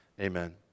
amen